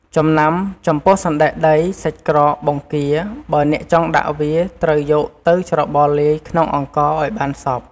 ចំណាំ ចំពោះសណ្ដែកដី សាច់ក្រក បង្គា បើអ្នកចង់ដាក់វា ត្រូវយកទៅច្របល់លាយក្នុងអង្ករឱ្យបានសព្វ។